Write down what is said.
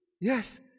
Yes